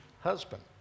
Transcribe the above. husband